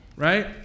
Right